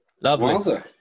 Lovely